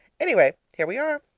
anyway, here we are.